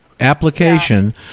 Application